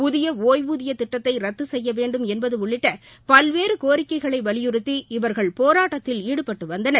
புதிய ஒய்வூதிய திட்டத்தை ரத்து செய்ய வேண்டும் என்பது உள்ளிட்ட பல்வேறு கோரிக்கைகளை வலியுறுத்தி இவர்கள் போராட்டத்தில் ஈடுபட்டு வந்தனர்